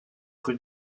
rue